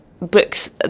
books